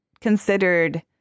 considered